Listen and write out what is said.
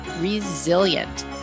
resilient